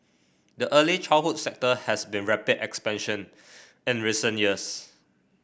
the early childhood sector has seen rapid expansion in recent years